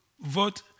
vote